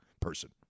person